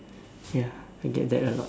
ya I get that a lot